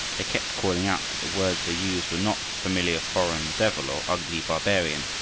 they kept calling out, but the words they used were not the familiar foreign devil or ugly barbarian.